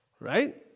Right